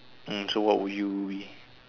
mm so what will you be